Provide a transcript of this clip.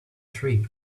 tree